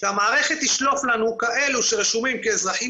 שהמערכת תשלוף לנו כאלו שרשומים כאזרחים